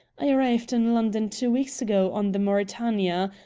i arrived in london two weeks ago on the mauretania.